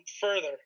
further